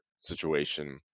situation